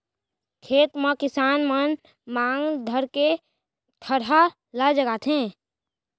खेत म किसान मन मांग धरके थरहा ल लगाथें